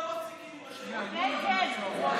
אנחנו לא מפסיקים עם השמית בכל ההצעות.